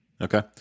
Okay